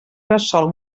bressol